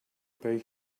pay